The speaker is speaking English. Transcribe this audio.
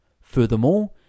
Furthermore